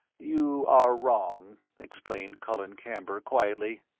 you are wrong, explained colin camber, quietly.